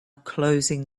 closing